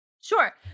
Sure